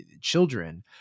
children